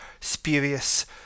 spurious